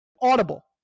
audible